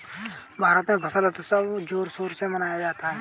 भारत में फसल उत्सव जोर शोर से मनाया जाता है